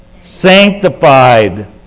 sanctified